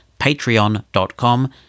patreon.com